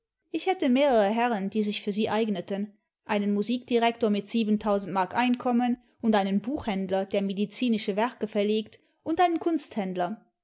ich hätte mehrere herren die sich für sie eigneten einen musikdirektor mit siebentausend mark einkommen und einen buchhändler der medizinische werke verlegt und einen